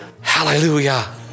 Hallelujah